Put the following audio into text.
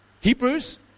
Hebrews